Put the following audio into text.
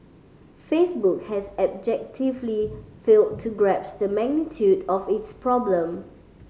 Facebook has abjectly failed to grasp the magnitude of its problem